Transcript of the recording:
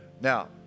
Now